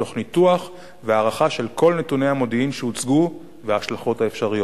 תוך ניתוח והערכה של כל נתוני המודיעין שהוצגו וההשלכות האפשריות.